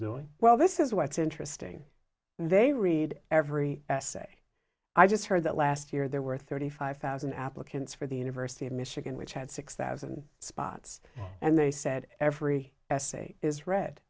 doing well this is why it's interesting they read every essay i just heard that last year there were thirty five thousand applicants for the university of michigan which had six that and spots and they said every